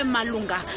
Malunga